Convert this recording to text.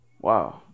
Wow